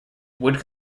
would